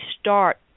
start